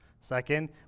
Second